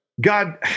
God